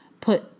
put